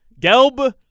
Gelb